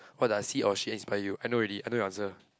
what does he or she inspire you I know already I know your answer